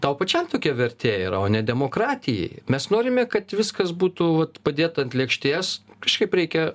tau pačiam tokia vertė yra o ne demokratijai mes norime kad viskas būtų vat padėta ant lėkštės kažkaip reikia